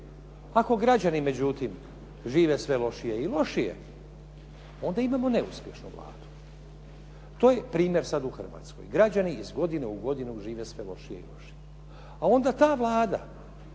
Ako građani međutim žive sve lošije i lošije onda imamo neuspješnu Vladu. To je primjer sad u Hrvatskoj. Građani iz godine u godinu žive sve lošije i lošije, a onda ta Vlada